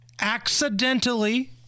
accidentally